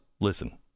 Listen